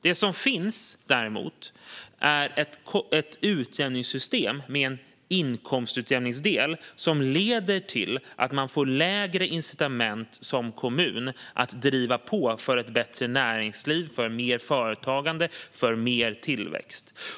Det som däremot finns är ett utjämningssystem med en inkomstutjämningsdel som leder till att kommuner får lägre incitament att driva på för ett bättre näringsliv, för mer företagande, för mer tillväxt.